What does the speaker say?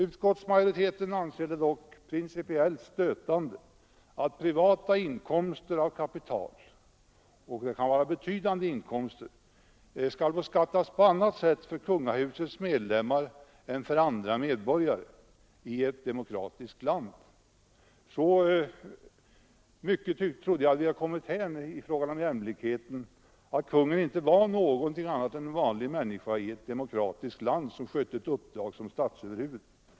Utskottsmajoriteten anser det dock principiellt stötande att privata inkomster av kapital — och det kan vara fråga om betydande inkomster — skall beskattas på annat sätt för kungahusets medlemmar än för alla andra medborgare i ett demokratiskt land. Så långt trodde jag att vi hade kommit i fråga om jämlikhet, att kungen inte är något annat än en vanlig människa, som i ett demokratiskt land sköter ett uppdrag som statsöverhuvud.